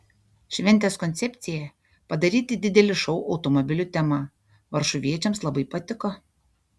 šventės koncepcija padaryti didelį šou automobilių tema varšuviečiams labai patiko